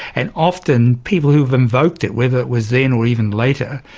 and often people who have invoked it, whether it was then or even later,